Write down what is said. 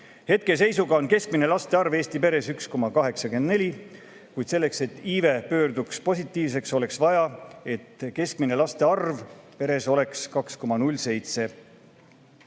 Hetkeseisuga on keskmine laste arv Eesti peres 1,84, kuid selleks, et iive pöörduks positiivseks, oleks vaja, et keskmine laste arv peres oleks 2,07.